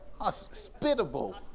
hospitable